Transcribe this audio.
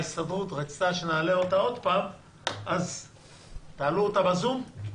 ההסתדרות רצתה שנעלה אותה עוד פעם לשידור בזום.